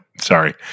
sorry